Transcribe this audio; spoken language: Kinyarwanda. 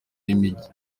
y’imijyi